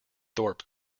thorpe